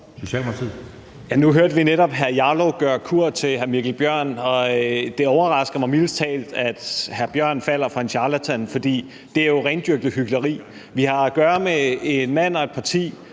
Nu hørte vi netop hr. Rasmus Jarlov gøre kur til hr. Mikkel Bjørn, og det overrasker mig mildest talt, at hr. Mikkel Bjørn falder for en charlatan. For det er jo rendyrket hykleri. Vi har at gøre med en mand og et parti,